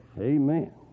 amen